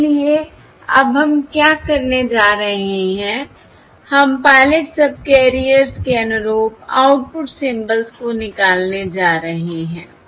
इसलिए अब हम क्या करने जा रहे हैं हम पायलट सबकैरियर्स के अनुरूप आउटपुट सिंबल्स को निकालने जा रहे हैं